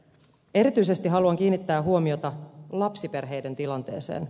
erityisesti haluan kiinnittää huomiota lapsiperheiden tilanteeseen